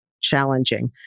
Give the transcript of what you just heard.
challenging